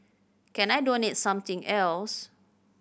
can I donate something else